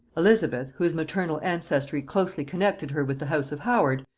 elizabeth, whose maternal ancestry closely connected her with the house of howard,